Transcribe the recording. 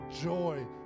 joy